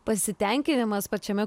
pasitenkinimas pačiame